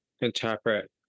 interpret